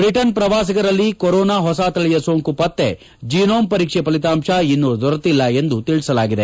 Britain ಪ್ರವಾಸಿಗರಲ್ಲಿ corona ಹೊಸ ತಳಿಯ ಸೋಂಕು ಪತ್ತೆ ಜನೋಮ್ ಪರೀಕ್ಷೆ ಫಲಿತಾಂತ ಇನ್ನೂ ದೊರೆತಿಲ್ಲ ಎಂದು ತಿಳಿಸಲಾಗಿದೆ